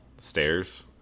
stairs